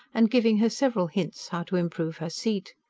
and giving her several hints how to improve her seat.